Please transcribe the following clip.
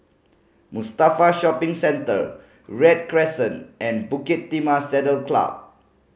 Mustafa Shopping Centre Read Crescent and Bukit Timah Saddle Club